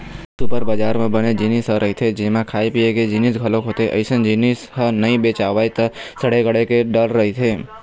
super बजार म बनेच जिनिस ह रहिथे जेमा खाए पिए के जिनिस घलोक होथे, अइसन जिनिस ह नइ बेचावय त सड़े गले के डर रहिथे